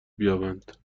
بیابند